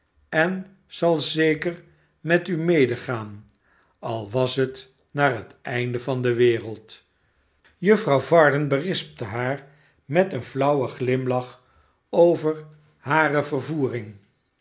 en zal zeker met u medegaan al was het naar het eind van de wereld juffrouw varden berispte haar met een flauwen glimlach over hare vervoering